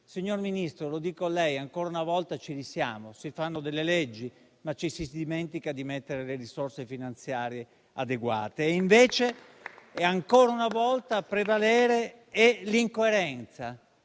Signor Ministro, lo dico a lei: ancora una volta, ci risiamo; si fanno delle leggi, ma ci si dimentica di metterci le risorse finanziarie adeguate. Ancora una volta a prevalere è l'incoerenza